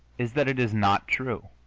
is that it is not true,